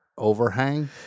Overhang